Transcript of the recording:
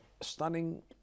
stunning